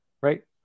right